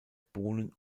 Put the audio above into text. bohnen